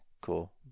Cool